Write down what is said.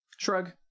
Shrug